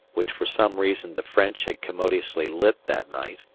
which for some reason the french had commodiously lit that night,